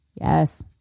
Yes